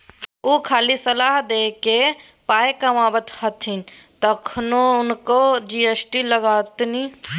ओ खाली सलाह द कए पाय कमाबैत छथि तखनो हुनका जी.एस.टी लागतनि